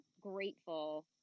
grateful